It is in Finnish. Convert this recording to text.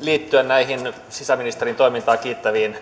liittyä näihin sisäministerin toimintaa kiittäviin